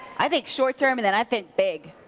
i think short term and and i think big.